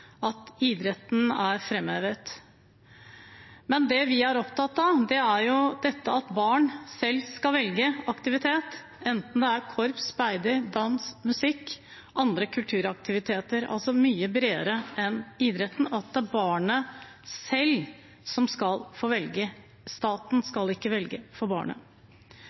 at idretten er framhevet. Men det vi er opptatt av, er at barn selv skal velge aktivitet, enten det er korps, speider, dans, musikk eller andre kulturaktiviteter, altså mye bredere enn idretten. Det er barnet selv som skal få velge, staten skal ikke velge for barnet.